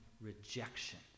rejection